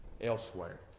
elsewhere